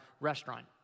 restaurant